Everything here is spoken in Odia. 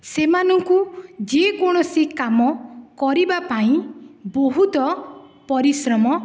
ସେମାନଙ୍କୁ ଯେ କୌଣସି କାମ କରିବା ପାଇଁ ବହୁତ ପରିଶ୍ରମ